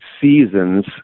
seasons